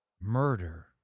murder